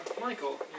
Michael